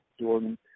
Jordan